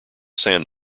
sand